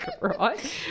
right